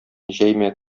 җәймә